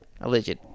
Alleged